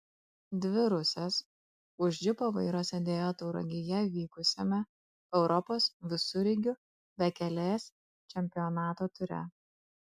dvi rusės už džipo vairo sėdėjo tauragėje vykusiame europos visureigių bekelės čempionato ture